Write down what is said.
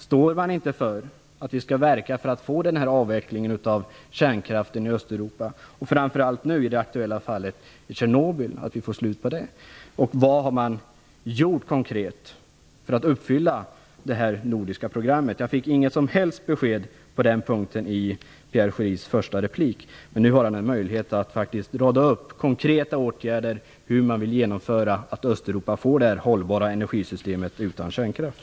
Står man inte för att vi skall verka för att få en avveckling av kärnkraften i Östeuropa, och framför allt i det aktuella fallet i Tjernobyl? Vad har man konkret gjort för att uppfylla det nordiska programmet? Jag fick inget som helst besked på den punkten i Pierre Schoris första replik, men nu har han en möjlighet att rada upp konkreta åtgärder för att genomföra att Östeuropa får ett hållbart energisystem utan kärnkraft.